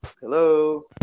Hello